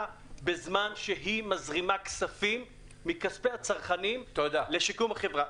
בזמן שהיא מזרימה כספים מכספי הצרכנים לשיקום החברה.